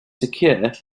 secure